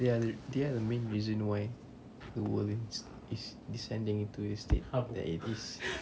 they are they are the main reason why is is this pandemic to you state that you please